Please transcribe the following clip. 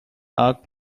arc